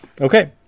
Okay